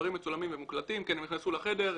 הם נכנסו לחדר,